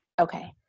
okay